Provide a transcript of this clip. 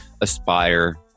aspire